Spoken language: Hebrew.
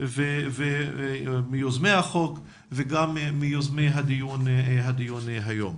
הייתה מיוזמי החוק וגם מיוזמי הדיון היום.